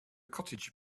cottage